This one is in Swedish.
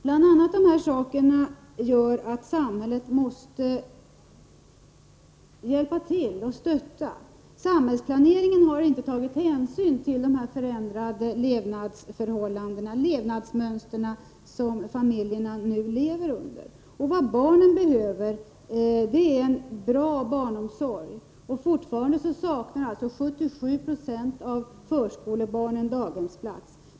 Bl.a. de här sakerna gör att samhället måste hjälpa till och stötta. Samhällsplaneringen har inte tagit hänsyn till det förändrade levnadsmönstret. Vad barnen behöver är bra barnomsorg. Fortfarande saknar 77 90 av förskolebarnen daghemsplats.